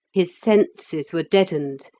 his senses were deadened,